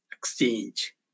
exchange